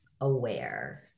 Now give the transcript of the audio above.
aware